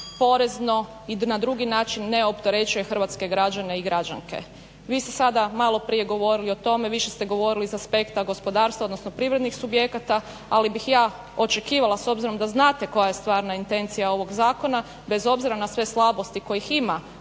porezno i na drugi način ne opterećuje hrvatske građane i građanke. Vi ste sada maloprije govorili o tome, više ste govorili s aspekta gospodarstva, odnosno privrednih subjekata ali bih ja očekivala s obzirom da znate koja je stvarna intencija ovog zakona bez obzira na sve slabosti kojih ima